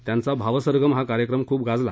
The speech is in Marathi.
त्यांचा भावसरगम हा कार्यक्रम खुपच गाजला